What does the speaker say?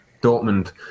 Dortmund